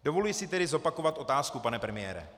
Dovoluji si tedy zopakovat otázku, pane premiére.